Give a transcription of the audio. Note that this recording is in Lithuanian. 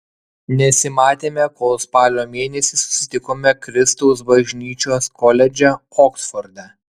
nesimatėme kol spalio mėnesį susitikome kristaus bažnyčios koledže oksforde